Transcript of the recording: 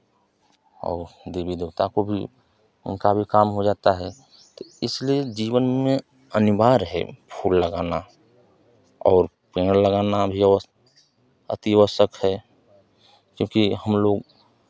और देवी देवता को भी उनका भी काम हो जाता है तो इसलिए जीवन में अनिवार्य है फूल लगाना और पेड़ लगाना भी अति आवश्यक है चूंकि हमलोग